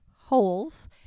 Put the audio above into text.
Holes